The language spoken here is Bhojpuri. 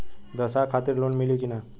ब्यवसाय खातिर लोन मिली कि ना?